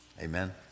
Amen